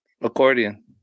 accordion